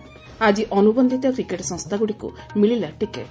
ଆଜି ଅନୁବନ୍ଧିତ କ୍ରିକେଟ ସଂସ୍ଥାଗୁଡ଼ିକୁ ମିଳିଲା ଟିକଟ